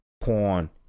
porn